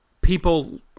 people